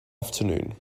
afternoon